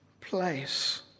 place